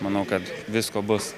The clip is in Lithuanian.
manau kad visko bus